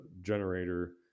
generator